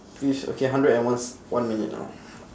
fif~ okay hundred and one one minute now